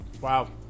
Wow